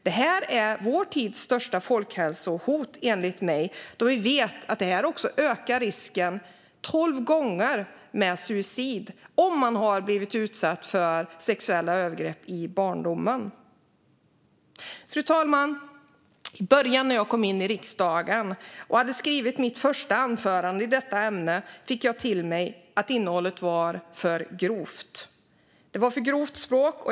Detta är vår tids största folkhälsohot, enligt mig, då vi vet att det ökar risken för suicid med tolv gånger om man har blivit utsatt för sexuella övergrepp i barndomen. Fru talman! I början när jag kom in i riksdagen och hade skrivit mitt första anförande i detta ämne fick jag höra att innehållet och språket var för grovt.